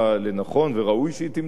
וראוי שהיא תמצא לנכון,